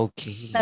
Okay